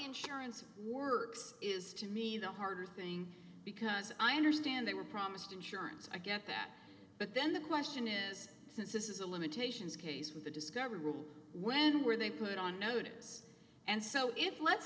insurance works is to me the harder thing because i understand they were promised insurance i get that but then the question is since this is a limitation is case with the discovery rules when were they put on notice and so if let's